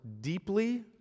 deeply